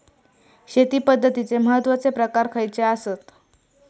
शेती पद्धतीचे महत्वाचे प्रकार खयचे आसत?